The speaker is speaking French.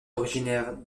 originaire